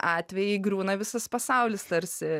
atvejai griūna visas pasaulis tarsi